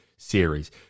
series